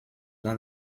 dans